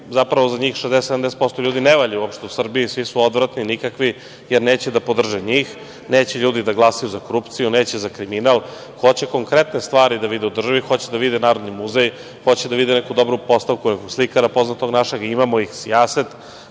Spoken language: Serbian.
Zapravo za njih 60%, 70% ljudi ne valja uopšte u Srbiji, svi su odvratni, nikakvi, jer neće da podrže njih, neće ljudi da glasaju za korupciju, neće za kriminal, hoće konkretne stvari da vide u državi, hoće da vide Narodni muzej, hoće da vide neku dobru postavku od slikara poznatog našeg, imamo ih sijaset,